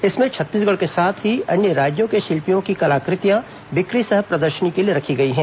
इसमें छत्तीसगढ़ के साथ अन्य राज्यों के शिल्पियों की कलाकृतियां बिक्री सह प्रदर्शनी के लिए रखी गई है